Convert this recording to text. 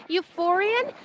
Euphorian